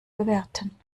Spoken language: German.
bewerten